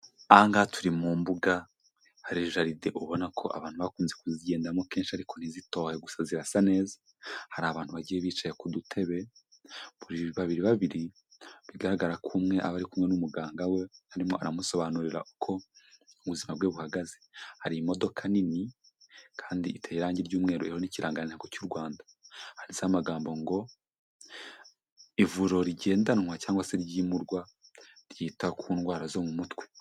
Aha ngaha turi mu mbuga, hari jaride ubona ko abantu bakunze kuzigendamo kenshi ariko ntizitohe gusa zirasa neza. Hari abantu bagiye bicaye ku dutebe buri babiri babiri, bigaragara ko umwe aba ari kumwe n'umuganga we arimo aramusobanurira uko ubuzima bwe buhagaze. Hari imodoka nini kandi iteye irangi ry'umweru iriho n'ikirangantego cy'u Rwanda. Handitseho amagambo ngo:"Ivuriro rigendanwa cyangwa se ryimurwa ryita ku ndwara zo mu mutwe."